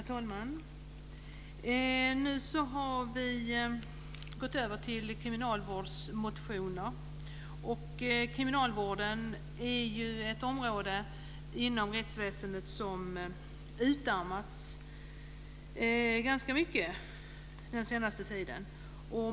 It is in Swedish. Herr talman! Vi har nu gått över till kriminalvårdsmotioner. Kriminalvården är ju ett område inom rättsväsendet som har utarmats ganska mycket den senaste tiden.